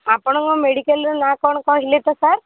ଆପଣଙ୍କ ମେଡିକାଲ୍ର ନାଁ କ'ଣ କହିଲେ ତ ସାର୍